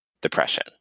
depression